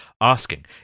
asking